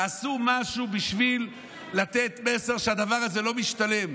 תעשו משהו בשביל לתת מסר שהדבר הזה לא משתלם.